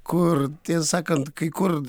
kur tiesą sakant kai kur